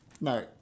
no